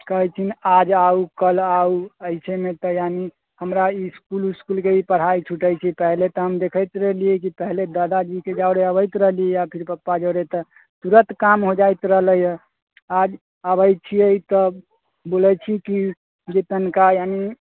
कहै छथिन आज आउ कल आउ अइसेमे तऽ यानि हमरा इसकुल उस्कूलके भी पढ़ाइ छूटै छै पहिले पहिले तऽ हम देखैत रहलियै पहिले दादाजीके जरे अबैत रहलियै या फिर पपा जरे तऽ तुरत काम हो जाइत रहलै है आज अबै छियै तब बोलै छै कि जे तनिका यानि